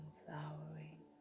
flowering